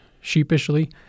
sheepishly